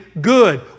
good